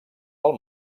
del